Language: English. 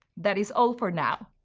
that is all for now.